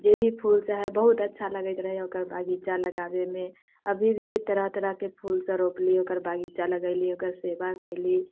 जे भी फूल सब हय बहुत अच्छा लगैत रहै ओकर बगीचा लगाबेमे अभी भी तरह तरहके फूल सब रोपली ओकर बगीचा लगयली ओकर सेवा कयली